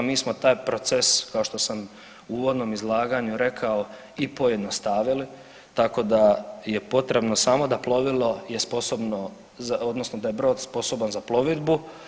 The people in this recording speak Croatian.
Mi smo taj proces kao što sam u uvodnom izlaganju i rekao i pojednostavili tako da je potrebno samo da plovilo je sposobno, odnosno da je brod sposoban za plovidbu.